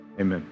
Amen